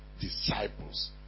disciples